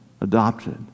adopted